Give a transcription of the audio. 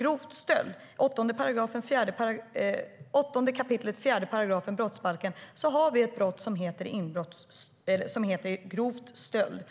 I brottsbalkens 8 kap. 4 § har vi ett brott som heter grov stöld.